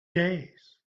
days